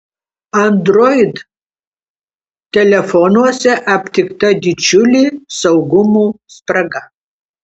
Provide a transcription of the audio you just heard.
android telefonuose aptikta didžiulė saugumo spraga